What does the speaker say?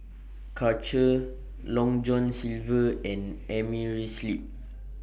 Karcher Long John Silver and Amerisleep